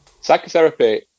Psychotherapy